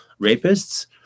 rapists